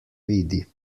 vidi